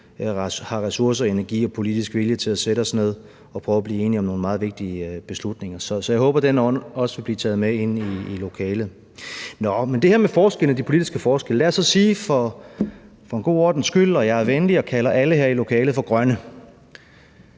har ressourcer og energi og politisk vilje til at sætte os ned og prøve at blive enige om nogle meget vigtige beslutninger. Så jeg håber, at den ånd også vil blive taget med ind i forhandlingslokalet. Lad os sige for en god ordens skyld – og jeg er venlig – at alle her i lokalet er grønne.